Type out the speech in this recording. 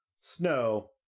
snow